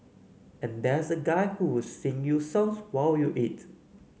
and there's a guy who would sing you songs while you eat